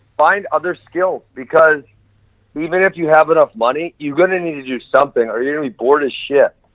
find other skills, because even if you have enough money, you're gonna need to do something or you're gonna be bored as shit.